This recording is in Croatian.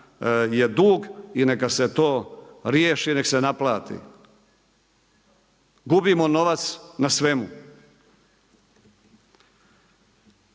je dug i neka se to riješi, nek' se naplati. Gubimo novac na svemu.